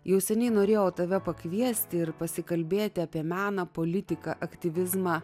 jau seniai norėjau tave pakviesti ir pasikalbėti apie meną politiką aktyvizmą